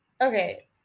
Okay